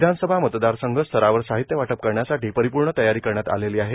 विधानसभा मतदारसंघ स्तरावर साहित्य वाटप करण्यासाठी परिपूर्ण तयारी करण्यात आलेली आहे